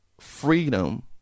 freedom